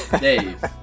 Dave